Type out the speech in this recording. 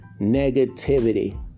Negativity